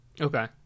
Okay